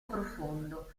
profondo